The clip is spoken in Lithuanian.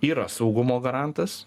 yra saugumo garantas